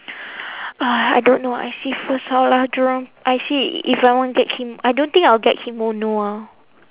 ah I don't know I see first how lah jurong I see if I want get kim~ I don't think I'll get kimono ah